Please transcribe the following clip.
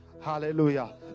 Hallelujah